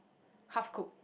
half cooked